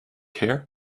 here